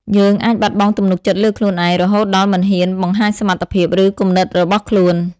យើងអាចបាត់បង់ទំនុកចិត្តលើខ្លួនឯង រហូតដល់មិនហ៊ានបង្ហាញសមត្ថភាព ឬគំនិតរបស់ខ្លួន។